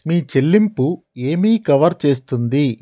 మీ చెల్లింపు ఏమి కవర్ చేస్తుంది?